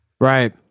right